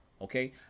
Okay